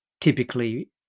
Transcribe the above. typically